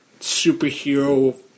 superhero